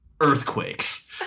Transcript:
earthquakes